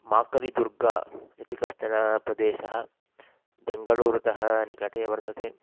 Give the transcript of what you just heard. माकलिदुर्गा इति कश्चन प्रदेशः बेङ्गळूरुतः निकटे वर्तते